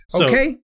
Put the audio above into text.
okay